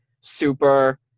super